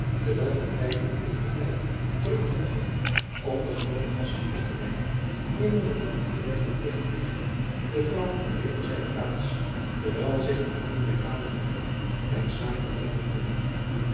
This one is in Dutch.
terwijl en het druk genoegd hadden om de genoode gasten in te leiden nemende na afgelegde pligtplegingen de vrouwen aan wederzijden plaats terwijl zich de mannen bij vader en vervoegden